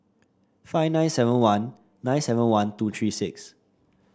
five nine seven one nine seven one two three six